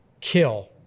kill